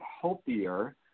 healthier